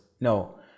No